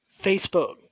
Facebook